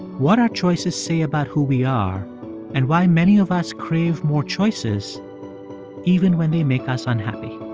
what our choices say about who we are and why many of us crave more choices even when they make us unhappy